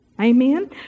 Amen